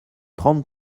trente